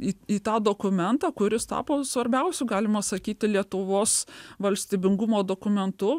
į į tą dokumentą kuris tapo svarbiausiu galima sakyti lietuvos valstybingumo dokumentu